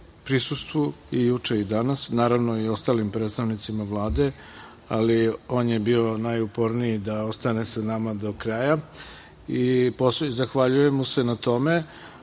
prisustvu i juče i danas, naravno i ostalim predstavnicima Vlade, ali on je bio najuporniji da ostane sa nama do kraja. Zahvaljujem mu se na tome. Što